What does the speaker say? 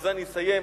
ובזה אסיים.